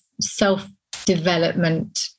self-development